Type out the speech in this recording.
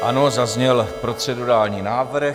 Ano, zazněl procedurální návrh.